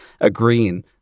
agreeing